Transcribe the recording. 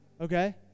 okay